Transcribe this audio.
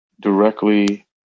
directly